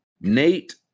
Nate